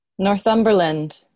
Northumberland